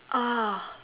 uh